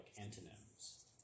antonyms